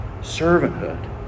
Servanthood